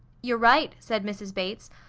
you're right, said mrs. bates.